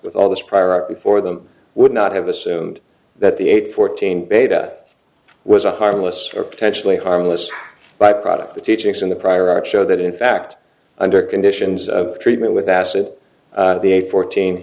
with all this priority for them would not have assumed that the eight fourteen beta was a harmless or potentially harmless byproduct the teachings in the prior art show that in fact under conditions of treatment with acid the a fourteen